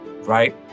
right